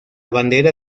bandera